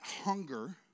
hunger